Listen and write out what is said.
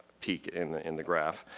peak in the in the graph.